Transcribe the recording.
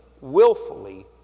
willfully